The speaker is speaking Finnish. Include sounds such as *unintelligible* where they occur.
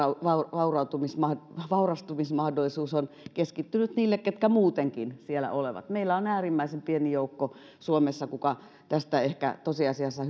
vaurastumismahdollisuus vaurastumismahdollisuus on keskittynyt niille jotka muutenkin siellä ovat meillä on suomessa äärimmäisen pieni joukko joka tästä ehkä tosiasiassa *unintelligible*